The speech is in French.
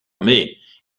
mais